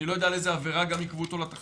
אני לא יודע על איזו עבירה גם עיכבו אותו לתחנה.